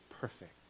perfect